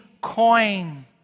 coin